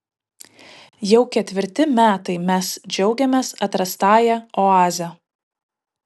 jau ketvirti metai mes džiaugiamės atrastąja oaze